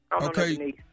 Okay